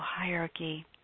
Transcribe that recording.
hierarchy